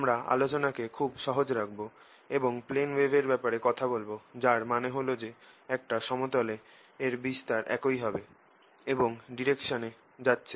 আমরা আলোচনাকে খুব সহজ রাখব এবং প্লেন ওয়েভ এর ব্যাপারে কথা বলবো যার মানে হল যে একটা সমতলে এর বিস্তার একই হবে এবং একই ডাইরেকশনে যাচ্ছে